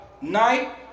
night